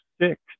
six